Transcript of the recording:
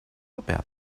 about